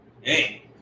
Hey